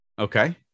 Okay